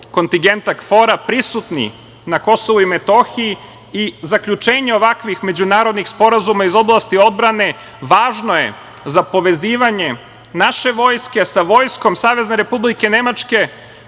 kontingenta KFOR-a prisutni na KiM, i zaključenje ovakvih međunarodnih sporazuma iz oblasti odbrane, važno je za povezivanje naše vojske sa vojskom Savezne Republike Nemačke,